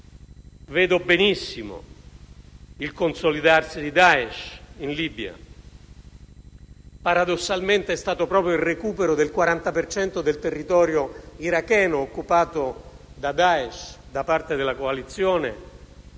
Vedo benissimo il consolidarsi di Daesh in Libia. Paradossalmente, è stato proprio il recupero del 40 per cento del territorio iracheno occupato da Daesh da parte della coalizione